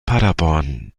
paderborn